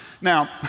Now